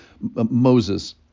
Moses